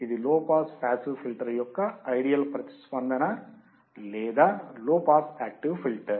ఇది low pass passive filter యొక్క ideal ప్రతిస్పందన లేదా లో పాస్ యాక్టివ్ ఫిల్టర్